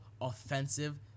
offensive